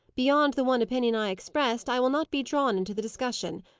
beyond the one opinion i expressed, i will not be drawn into the discussion.